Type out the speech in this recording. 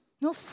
No